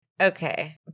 Okay